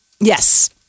Yes